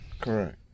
Correct